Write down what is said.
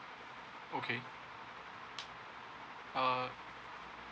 okay uh